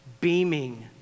beaming